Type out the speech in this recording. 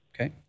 okay